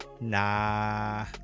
Nah